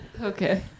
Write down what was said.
Okay